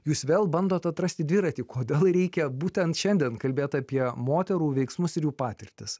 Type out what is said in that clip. jūs vėl bandot atrasti dviratį kodėl reikia būtent šiandien kalbėt apie moterų veiksmus ir jų patirtis